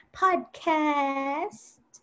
podcast